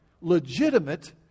legitimate